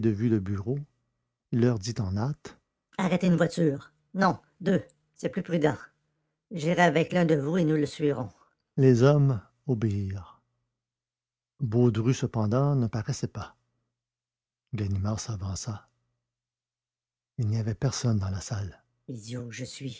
le bureau il leur dit en hâte arrêtez une voiture non deux c'est plus prudent j'irai avec l'un de vous et nous le suivrons les hommes obéirent baudru cependant ne paraissait pas ganimard s'avança il n'y avait personne dans la salle idiot que je suis